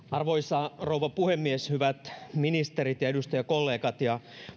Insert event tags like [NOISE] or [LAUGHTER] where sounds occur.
[UNINTELLIGIBLE] arvoisa rouva puhemies hyvät ministerit edustajakollegat ja